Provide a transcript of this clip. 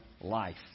life